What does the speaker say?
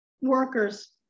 workers